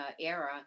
era